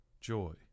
joy